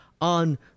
on